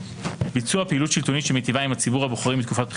ביצוע פעולה שלטונית שמיטיבה עם ציבור הבוחרים בתקופת בחירות,